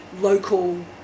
local